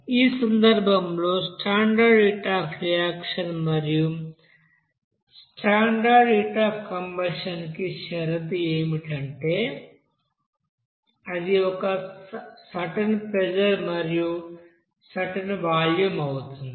ఈ సందర్భంలో standard heat of reaction మరియు స్టాండర్డ్ హీట్ అఫ్ కంబషన్ కి షరతు ఏమిటంటే అది ఒక సర్టెన్ ప్రెజర్ మరియు సర్టెన్ వాల్యూమ్ అవుతుంది